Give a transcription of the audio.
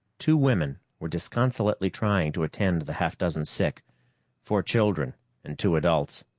two women were disconsolately trying to attend to the half-dozen sick four children and two adults.